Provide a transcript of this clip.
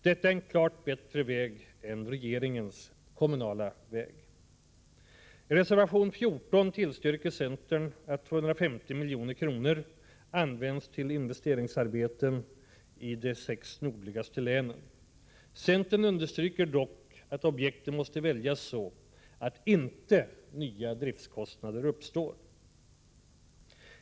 Detta är en klart bättre väg än regeringens kommunala väg. I reservation 14 tillstyrker centern att 250 milj.kr. används till investeringsberedskapsarbeten i de sex nordligaste länen. Centern understryker dock att objekten måste väljas så att inte nya driftkostnader uppstår.